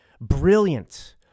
brilliant